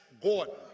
Gordon